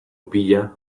pila